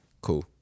cool